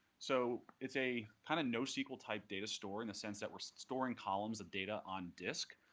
so it's a kind of nosql type data store in the sense that we're storing columns of data on disk,